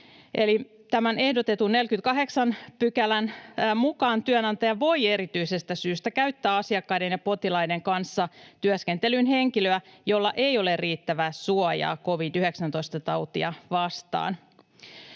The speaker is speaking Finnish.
tämän ehdotetun 48 §:n mukaan työnantaja voi erityisestä syystä käyttää asiakkaiden ja potilaiden kanssa työskentelyyn henkilöä, jolla ei ole riittävää suojaa covid-19-tautia vastaan.